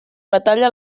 batalla